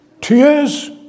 tears